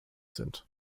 sind